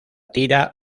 tira